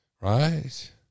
right